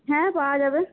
হ্যাঁ পাওয়া যাবে